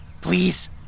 please